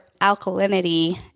alkalinity